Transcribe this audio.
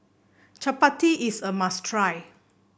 chapati is a must try